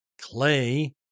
clay